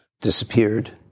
disappeared